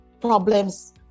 problems